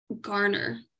Garner